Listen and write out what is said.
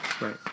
Right